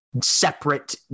separate